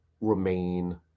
remain